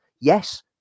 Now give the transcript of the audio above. Yes